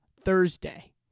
Thursday